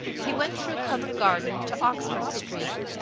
he went through covent garden to oxford street,